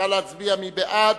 נא להצביע, מי בעד?